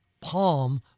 palm